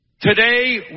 Today